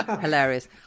hilarious